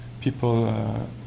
people